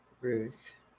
Ruth